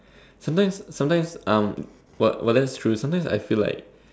sometimes sometimes that's true sometimes I feel like